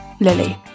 Lily